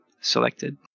selected